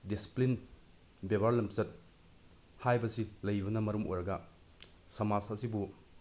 discipline ꯕ꯭ꯌꯦꯕꯥꯔ ꯂꯝꯆꯠ ꯍꯥꯏꯕꯁꯤ ꯂꯩꯕꯅ ꯃꯔꯝ ꯑꯣꯏꯔꯒ ꯁꯃꯥꯖ ꯑꯁꯤꯕꯨ